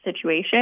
situation